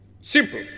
Simple